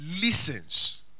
Listens